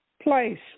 place